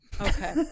okay